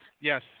Yes